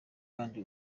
kandi